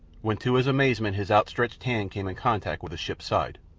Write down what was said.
when to his amazement his outstretched hand came in contact with a ship's side.